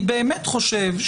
אני באמת חושב,